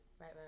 right